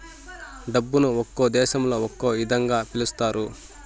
డబ్బును ఒక్కో దేశంలో ఒక్కో ఇదంగా పిలుత్తారు